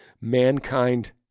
mankind